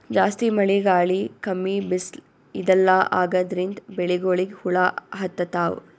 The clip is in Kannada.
ಜಾಸ್ತಿ ಮಳಿ ಗಾಳಿ ಕಮ್ಮಿ ಬಿಸ್ಲ್ ಇದೆಲ್ಲಾ ಆಗಾದ್ರಿಂದ್ ಬೆಳಿಗೊಳಿಗ್ ಹುಳಾ ಹತ್ತತಾವ್